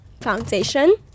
foundation